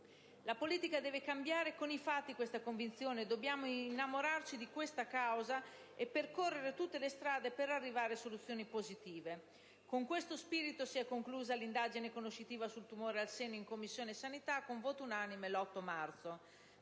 La politica deve cambiare con i fatti questa convinzione; dobbiamo innamorarci di questa causa e percorrere tutte le strade per arrivare a soluzioni positive. Con questo spirito si è conclusa l'indagine conoscitiva sul tumore al seno in Commissione sanità, con voto unanime, lo scorso